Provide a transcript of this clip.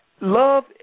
Love